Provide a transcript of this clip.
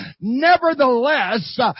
Nevertheless